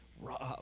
rob